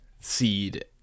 seed